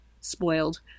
spoiled